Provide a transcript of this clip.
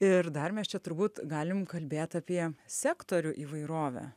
ir dar mes čia turbūt galim kalbėt apie sektorių įvairovę